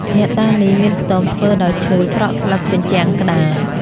អ្នកតានេះ មានខ្ទមធ្វើដោយឈើប្រក់ស្លឹកជញ្ជាំងក្ដារ ។